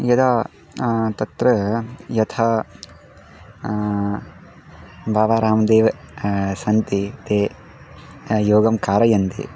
यदा तत्र यथा बाबा राम्देव् सन्ति ते योगं कारयन्ति